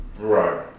Right